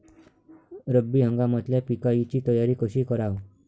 रब्बी हंगामातल्या पिकाइची तयारी कशी कराव?